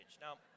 Now